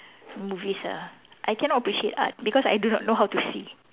movies ah I cannot appreciate art because I do not know how to see